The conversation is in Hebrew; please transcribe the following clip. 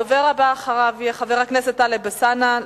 הדובר הבא אחריו יהיה חבר הכנסת טלב אלסאנע.